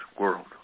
world